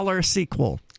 sequel